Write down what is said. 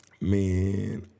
man